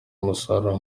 umusaruro